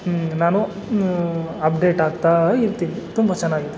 ನಾನು ಅಪ್ಡೇಟ್ ಆಗ್ತಾ ಇರ್ತೀನಿ ತುಂಬ ಚೆನ್ನಾಗಿದೆ